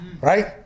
right